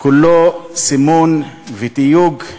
כולו סימון ותיוג.